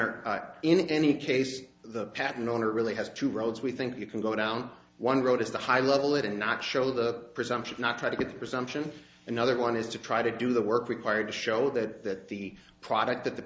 honor in any case the patent owner really has two roads we think you can go down one road is the high level it and not show the presumption not try to get the presumption another one is to try to do the work required to show that the product that the